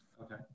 Okay